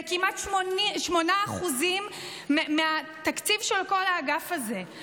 זה כמעט 8% מהתקציב של כל האגף הזה.